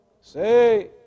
Say